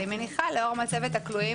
אני מניחה שבשל מצבת הכלואים היום